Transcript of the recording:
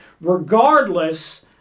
regardless